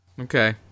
Okay